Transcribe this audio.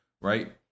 right